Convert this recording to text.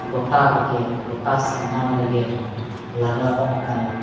ᱜᱚᱴᱟ ᱨᱮᱜᱮ ᱜᱚᱴᱟ ᱥᱟᱸᱜᱷᱟᱲ ᱨᱮᱜᱮ ᱞᱟᱜᱟᱣ ᱟᱠᱟᱱᱟ